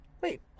Wait